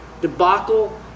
debacle